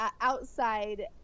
outside